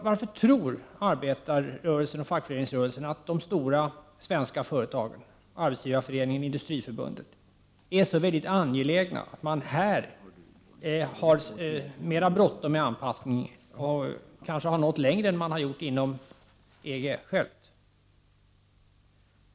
Varför tror arbetarrörelsen, fackföreningsrörelsen, att de stora svenska företagen, Arbetsgivareföreningen och Industriförbundet, är så angelägna, att man här har mera bråttom med anpassningen och kanske har nått längre än man har gjort inom EG?